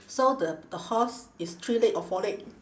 so the the horse is three leg or four leg